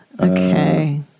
Okay